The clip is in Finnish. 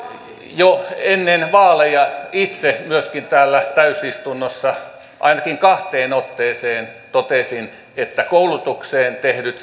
jo ennen vaaleja itse myöskin täällä täysistunnossa ainakin kahteen otteeseen totesin että koulutukseen tehdyt